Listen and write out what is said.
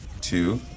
Two